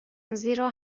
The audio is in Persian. زیرا